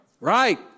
Right